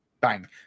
Bang